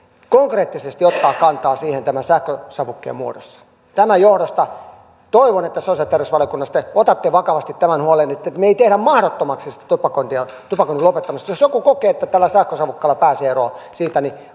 konkreettisesti ottaa kantaa siihen tämän sähkösavukkeen muodossa tämän johdosta toivon että sosiaali ja terveysvaliokunnassa te otatte vakavasti tämän huolen että me emme tee mahdottomaksi sitä tupakoinnin lopettamista jos joku kokee että tällä sähkösavukkeella pääsee eroon siitä niin